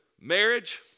marriage